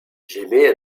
j’émets